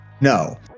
no